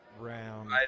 round